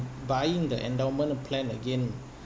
buying the endowment plan again